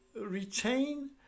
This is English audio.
retain